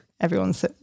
everyone's